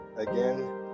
Again